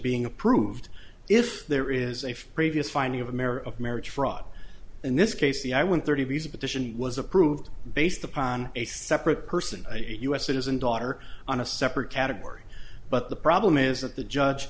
being approved if there is a previous finding of a mare of marriage fraud in this case the i want thirty visa petition was approved based upon a separate person a u s citizen daughter on a separate category but the problem is that the judge